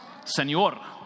Señor